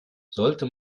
sollte